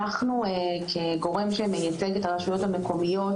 אנחנו כגורם שמייצג את הרשויות המקומיות